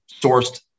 sourced